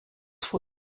vor